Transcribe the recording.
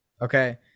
okay